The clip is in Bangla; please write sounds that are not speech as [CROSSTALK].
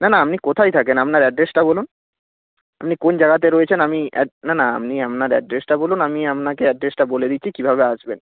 না না আপনি কোথায় থাকেন আপনার অ্যাড্রেসটা বলুন আপনি কোন জায়গাতে রয়েছেন আমি [UNINTELLIGIBLE] না না আপনি আপনার অ্যাড্রেসটা বলুন আমি আপনাকে অ্যাড্রেসটা বলে দিচ্ছি কীভাবে আসবেন